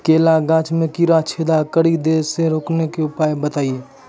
केला गाछ मे कीड़ा छेदा कड़ी दे छ रोकने के उपाय बताइए?